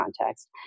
context